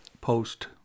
post